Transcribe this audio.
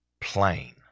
plain